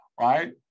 right